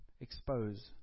expose